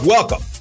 Welcome